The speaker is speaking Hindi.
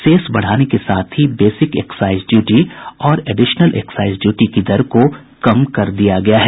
सेस बढ़ाने के साथ ही बेसिक एक्साईज ड्यूटी और एडीशन एक्साईज ड्यूटी की दर को कम कर दिया गया है